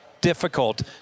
difficult